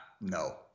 No